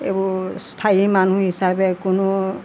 এইবোৰ স্থায়ী মানুহ হিচাপে কোনো